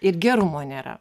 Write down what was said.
ir gerumo nėra